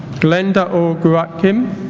glenda oh um